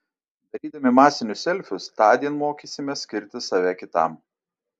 darydami masinius selfius tądien mokysimės skirti save kitam